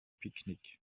picknick